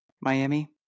Miami